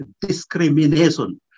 discrimination